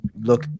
look